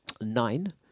nine